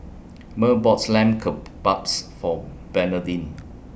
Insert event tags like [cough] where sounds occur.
Murl bought [unintelligible] Lamb Kebabs For Bernardine